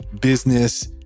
business